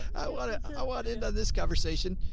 i walked into this conversation.